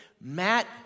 Matt